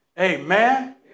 Amen